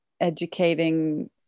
educating